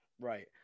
right